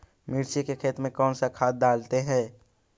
मिर्ची के खेत में कौन सा खाद डालते हैं?